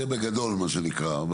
זה בגדול, מה שנקרא.